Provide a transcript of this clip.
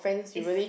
is